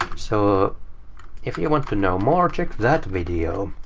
so if you want to know more, check that video.